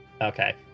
Okay